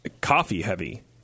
coffee-heavy